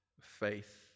faith